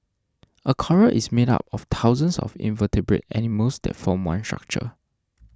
a coral is made up of thousands of invertebrate animals that form one structure